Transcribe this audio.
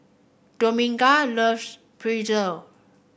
Dominga loves Pretzel